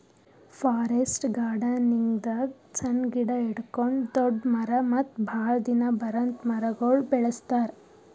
forest ಗಾರ್ಡನಿಂಗ್ದಾಗ್ ಸಣ್ಣ್ ಗಿಡ ಹಿಡ್ಕೊಂಡ್ ದೊಡ್ಡ್ ಮರ ಮತ್ತ್ ಭಾಳ್ ದಿನ ಬರಾಂತ್ ಮರಗೊಳ್ ಬೆಳಸ್ತಾರ್